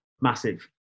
massive